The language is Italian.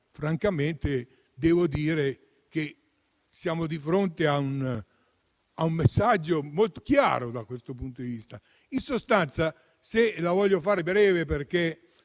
Francamente devo dire che siamo di fronte a un messaggio molto chiaro, da questo punto di vista. La voglio fare breve, perché